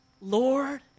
Lord